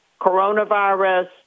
coronavirus